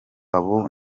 abo